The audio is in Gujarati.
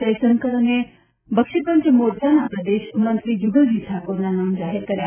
જયશંકર અને બક્ષીપંચ મોરચાના પ્રદેશમંત્રી જૂગલજી ઠાકોરના નામ જાહેર કર્યા